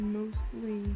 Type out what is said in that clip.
mostly